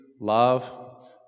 love